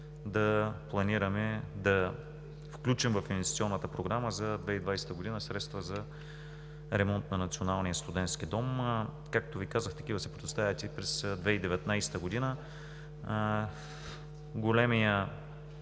готови да включим в инвестиционната програма за 2020 г. средства за ремонт на Националния студентски дом. Както Ви казах, такива се предоставят и през 2019 г. Големият